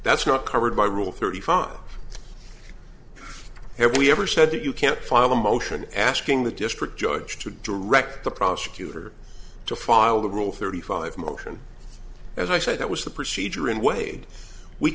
that's not covered by rule thirty five here we ever said that you can't file a motion asking the district judge to direct the prosecutor to file the rule thirty five motion as i said that was the procedure and wade we